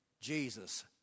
Jesus